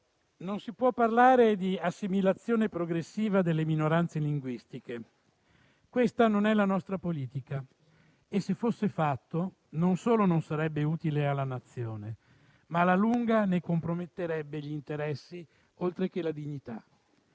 non si può parlare «di assimilazione progressiva delle minoranze linguistiche. Questa non è la nostra politica. E, se ciò fosse fatto, non solo non sarebbe utile alla Nazione, ma alla lunga ne comprometterebbe gli interessi, oltre che la dignità».